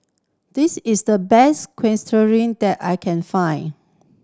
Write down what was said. this is the best I can find